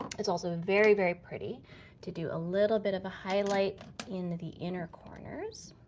it's also very, very pretty to do a little bit of a highlight in the the inner corners,